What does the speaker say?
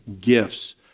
gifts